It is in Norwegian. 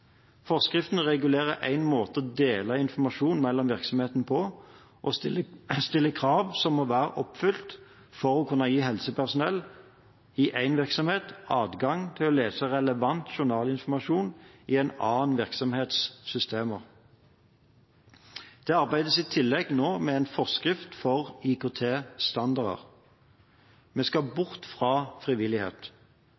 Forskriften regulerer én måte å dele informasjon mellom virksomheter på og stiller krav som må være oppfylt for å kunne gi helsepersonell i én virksomhet adgang til å lese relevant journalinformasjon i en annen virksomhets systemer. Det arbeides nå i tillegg med en forskrift for IKT-standarder. Vi skal